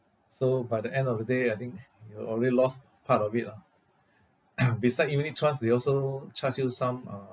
so by the end of the day I think you already lost part of it lah beside unit trusts they also charge you some uh